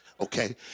Okay